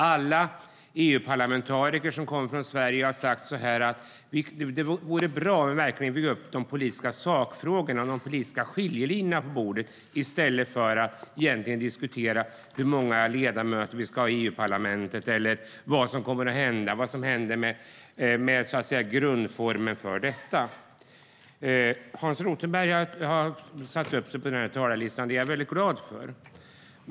Alla svenska EU-parlamentariker säger att det vore bra om vi fick upp de politiska sakfrågorna och skiljelinjerna på bordet i stället för att diskutera hur många ledamöter Sverige ska ha i EU-parlamentet eller vad som händer med grundformen för detta. Hans Rothenberg har satt upp sig på talarlistan, och det är jag glad för.